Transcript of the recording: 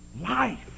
life